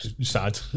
sad